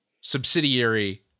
subsidiary